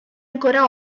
ancora